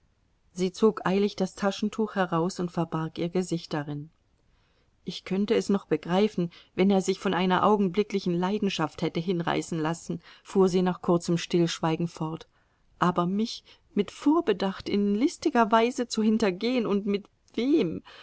sie zog eilig das taschentuch heraus und verbarg ihr gesicht darin ich könnte es noch begreifen wenn er sich von einer augenblicklichen leidenschaft hätte hinreißen lassen fuhr sie nach kurzem stillschweigen fort aber mich mit vorbedacht in listiger weise zu hintergehen und mit wem